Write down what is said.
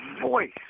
voice